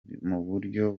buryo